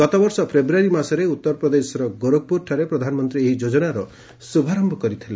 ଗତବର୍ଷ ଫେବୃୟାରୀ ମାସରେ ଉତ୍ତରପ୍ରଦେଶର ଗୋରଖପୁରଠାରେ ପ୍ରଧାନମନ୍ତ୍ରୀ ଏହି ଯୋଜନାର ଶୁଭାରମ୍ଭ କରିଥିଲେ